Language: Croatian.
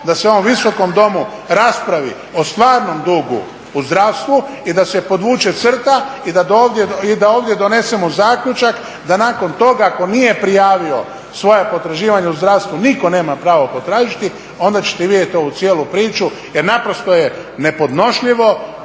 da se u ovom visokom domu raspravi o stvarnom dugu u zdravstvu i da se podvuče crta i da ovdje donesemo zaključak da nakon toga tko nije prijavio svoja potraživanja u zdravstvu nitko nema pravo potražiti onda ćete vidjet ovu cijelu priču jer naprosto je nepodnošljivo